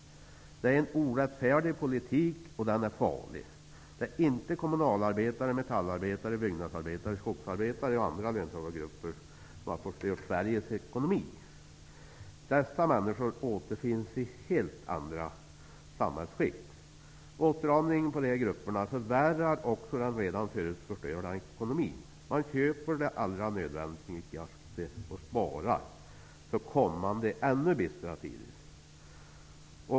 Det är en orättfärdig politik, och den är farlig. Det är inte kommunalarbetare, metallarbetare, byggnadsarbetare, skogsarbetare och andra löntagargrupper som har förstört Sveriges ekonomi. Dessa människor återfinns i helt andra samhällsskikt. Åtstramningen för dessa grupper förvärrar också den redan förut förstörda ekonomin. Man köper det allra nödvändigaste och sparar för kommande, ännu bistrare tider.